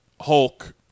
Hulk